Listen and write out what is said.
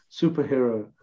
superhero